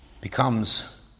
becomes